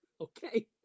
Okay